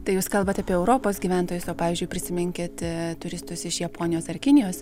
tai jūs kalbat apie europos gyventojus o pavyzdžiui prisiminkit turistus iš japonijos ar kinijos